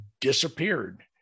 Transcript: disappeared